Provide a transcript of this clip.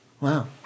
wow